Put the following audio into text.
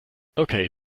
okay